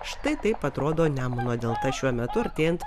štai taip atrodo nemuno delta šiuo metu artėjant